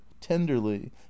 tenderly